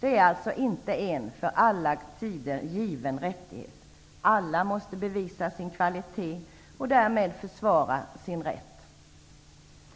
Det är alltså inte en för alltid given rättighet, utan alla måste bevisa sin kvalitet och därmed försvara sin rätt.